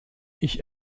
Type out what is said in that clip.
ich